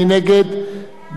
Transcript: מי נגד?